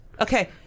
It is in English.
Okay